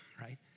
right